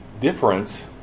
difference